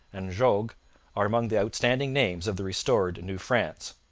and jogues are among the outstanding names of the restored new france.